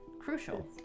crucial